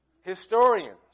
Historians